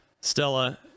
stella